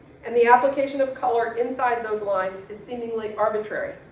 and the application of color inside those lines is seemingly arbitrary.